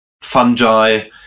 fungi